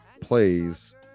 plays